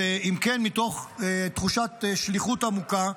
מתוך תחושת שליחות עמוקה,